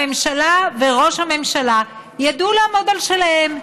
הממשלה וראש הממשלה ידעו לעמוד על שלהם.